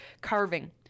carving